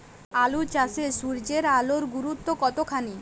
আলু চাষে সূর্যের আলোর গুরুত্ব কতখানি?